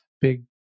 big